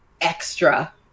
extra